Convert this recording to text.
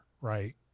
right